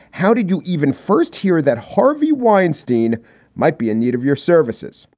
how did you even first hear that harvey weinstein might be in need of your services?